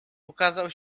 pokazał